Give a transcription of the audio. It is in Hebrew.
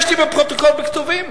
יש לי בפרוטוקול, בכתובים.